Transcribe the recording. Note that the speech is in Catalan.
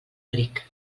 ric